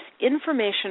information